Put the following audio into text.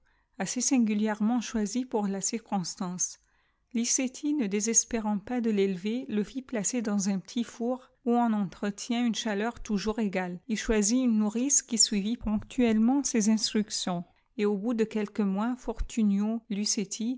assez singulièrement choisi pour la circonstance liceti ne désespérant pas de rélever le fit placeur dans on petit four où on entretint une ehaleor toujours ato il dioisit une nourrice qui suivit poituel lemêntses instructions et au bout de quelques mois